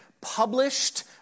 published